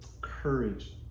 courage